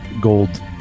gold